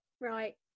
Right